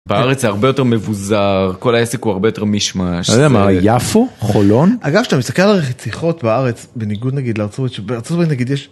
בארץ הרבה יותר מבוזר כל העסק הוא הרבה יותר "מיש-מש". של יפו חולון אגב שאתה מסתכל על רציחות בארץ בניגוד נגיד לארצות שבארצות נגיד יש.